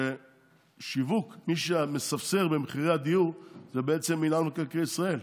היא שמי שמספסר במחירי הדיור הוא מינהל מקרקעי ישראל.